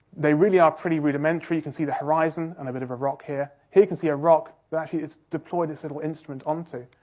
they really are pretty rudimentary, you can see the horizon and a bit of a rock here. here you can see a rock that, actually, it's deployed it's little instrument onto.